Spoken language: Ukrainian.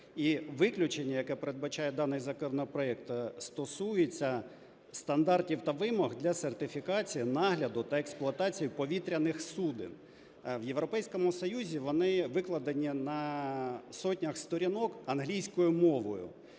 виключення, яке передбачає даний законопроект, стосується стандартів та вимог для сертифікації, нагляду та експлуатації повітряних суден. В Європейському Союзі вони викладені на сотнях сторінок англійською мовою